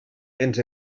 ens